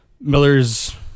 Miller's